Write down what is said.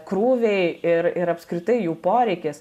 krūviai ir ir apskritai jų poreikis